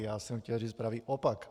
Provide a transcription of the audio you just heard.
Já jsem chtěl říct pravý opak.